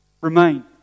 remain